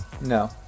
No